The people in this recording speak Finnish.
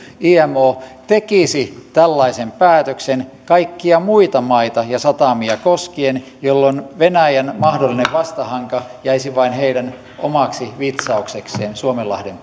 imo tekisi tällaisen päätöksen kaikkia muita maita ja satamia koskien jolloin venäjän mahdollinen vastahanka jäisi vain heidän omaksi vitsauksekseen suomenlahden